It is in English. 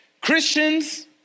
Christians